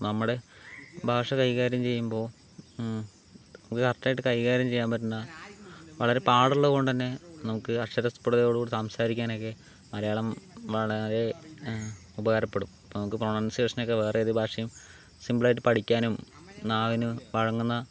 നമ്മുടെ ഭാഷ കൈകാര്യം ചെയ്യുമ്പോൾ അതു കറക്റ്റായിട്ട് കൈകാര്യം ചെയ്യാൻ പറ്റുന്ന വളരെ പാടുള്ളതുകൊണ്ട് തന്നെ നമുക്ക് അക്ഷരസ്പുടതയോടുകൂടി സംസാരിക്കാനൊക്കെ മലയാളം വളരെ ഉപകാരപ്പെടും നമുക്ക് പ്രൊനൗൻസിയേഷനൊക്കെ വേറെയേതു ഭാഷയും സിമ്പിൾ ആയിട്ട് പഠിക്കാനും നാവിന് വഴങ്ങുന്ന